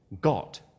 got